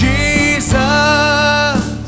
Jesus